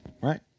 right